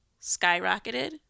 skyrocketed